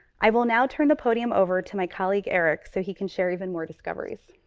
i will now turn the podium over to my colleague, eric, so he can share even more discoveries.